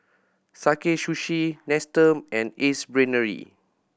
Sakae Sushi Nestum and Ace Brainery